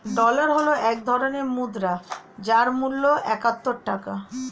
dollar হল এক ধরনের মুদ্রা যার মূল্য একাত্তর টাকা